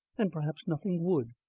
and perhaps nothing would.